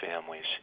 families